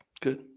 Good